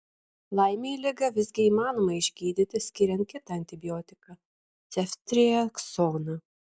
laimei ligą visgi įmanoma išgydyti skiriant kitą antibiotiką ceftriaksoną